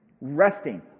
resting